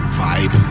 vibe